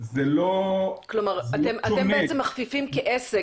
אתם בעצם מכפיפים כעסק.